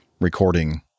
recording